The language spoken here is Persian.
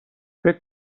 فکر